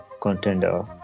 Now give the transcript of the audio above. contender